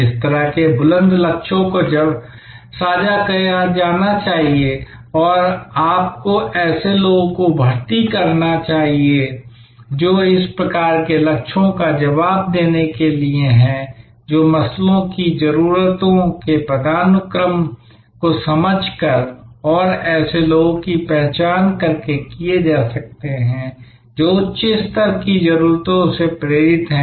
इस तरह के बुलंद लक्ष्यों को साझा किया जाना चाहिए और आपको ऐसे लोगों को भर्ती करना चाहिए जो इस प्रकार के लक्ष्यों का जवाब देने के लिए हैं जो मस्लो की जरूरतों के पदानुक्रम को समझकर और ऐसे लोगों की पहचान करके किए जा सकते हैं जो उच्च स्तर की जरूरतों से प्रेरित हैं